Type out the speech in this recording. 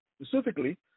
Specifically